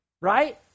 Right